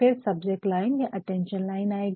फिर subject line या attention line आएगी